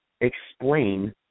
explain